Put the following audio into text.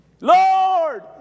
Lord